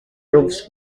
roofs